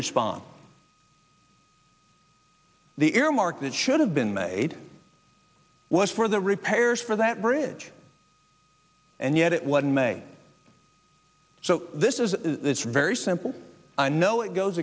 respond the earmark that should have been made was for the repairs for that bridge and yet it was in may so this is very simple i know it goes